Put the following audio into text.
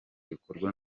bikorwa